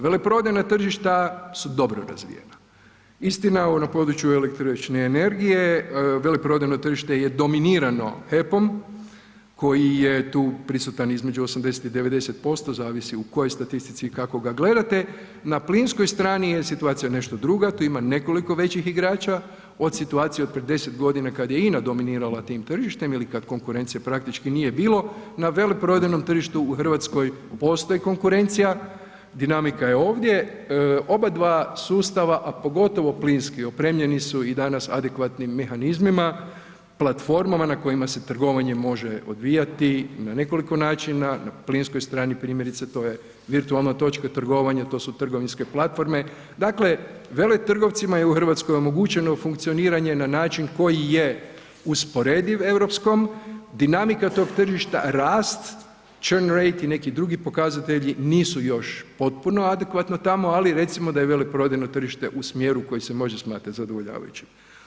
Veleprodajna tržišta su dobro razvijena, istina na području električne energije veleprodajno tržište je dominirano HEP-om koji je tu prisutan između 80 i 90% zavisi u kojoj statistici i kako ga gledate, na plinskoj strani je situacija nešto druga, tu ima nekoliko većih igrača, od situacije od prije 10.g. kad je INA dominirala tim tržištem ili kad konkurencije praktički nije bilo, na veleprodajnom tržištu u RH postoji konkurencija, dinamika je ovdje, obadva sustava, a pogotovo plinski opremljeni su i danas adekvatnim mehanizmima, platformama na kojima se trgovanje može odvijati na nekoliko načina, na plinskoj strani primjerice to je virtualna točka trgovanja, to su trgovinske platforme, dakle veletrgovcima je u RH omogućeno funkcioniranje na način koji je usporediv europskom, dinamika tog tržišta, rast … [[Govornik se ne razumije]] i neki drugi pokazatelji nisu još potpuno adekvatno tamo, ali recimo da je veleprodajno tržište u smjeru koji se može smatrat zadovoljavajućim.